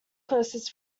closest